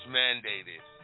mandated